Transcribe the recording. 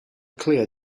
clear